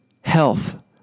health